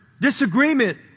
disagreement